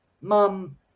mom